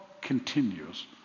continues